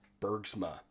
Bergsma